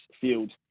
field